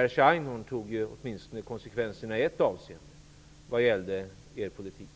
Jerzy Einhorn tog åtminstone konsekvenserna i ett avseende vad gällde er politik.